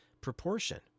proportion